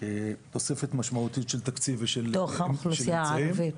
תוספת משמעותית של תקציב --- בתוך האוכלוסייה הערבית.